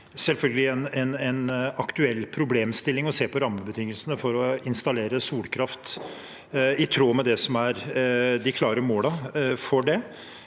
selvfølgelig en aktuell problemstilling å se på rammebetingelsene for å installere solkraft, i tråd med det som er de klare målene for det.